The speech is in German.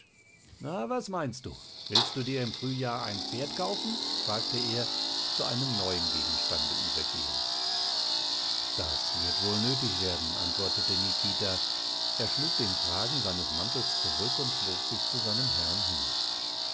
na was meinst du willst du dir zum frühjahr ein pferd kaufen fragte er zu einem neuen gegenstande übergehend das wird wohl nötig werden antwortete nikita er schlug den kragen seines mantels zurück und bog sich zu seinem herrn hin